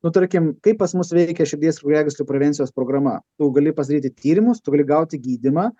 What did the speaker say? nu tarkim kaip pas mus veikia širdies ir kraujagyslių prevencijos programa tu gali pasidaryti tyrimus tu gali gauti gydymą